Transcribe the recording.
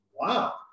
Wow